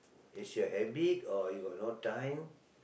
is your habit or you got no time